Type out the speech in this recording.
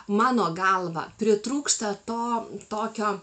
mano galva pritrūksta to tokio